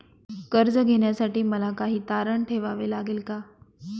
कर्ज घेण्यासाठी मला काही तारण ठेवावे लागेल का?